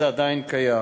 הנושא הזה עדיין קיים.